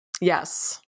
Yes